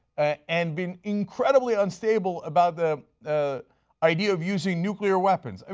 and been incredibly unstable about the the idea of using nuclear weapons. and